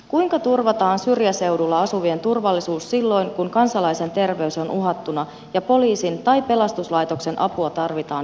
kuinka turvataan syrjäseudulla asuvien turvallisuus silloin kun kansalaisen terveys on uhattuna ja poliisin tai pelastuslaitoksen apua tarvitaan viipymättä